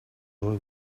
boy